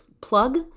plug